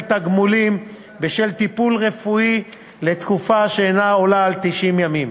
תגמולים בשל טיפול רפואי לתקופה שאינה עולה על 90 ימים.